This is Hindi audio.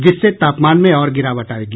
जिससे तापमान में और गिरावट आयेगी